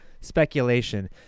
speculation